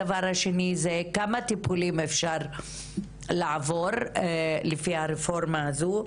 הדבר השני זה כמה טיפולים אפשר לקבל לפי הרפורמה הזו.